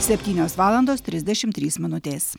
septynios valandos trisdešimt trys minutės